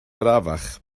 arafach